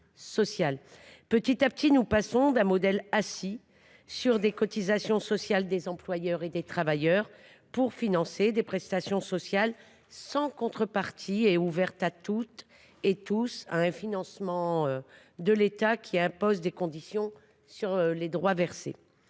Petit à petit, nous passons d’un modèle assis sur des cotisations sociales des employeurs et des travailleurs pour financer des prestations sociales sans contrepartie et ouvertes à toutes et à tous à un financement de l’État qui impose des conditions sur les droits versés.